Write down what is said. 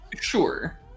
sure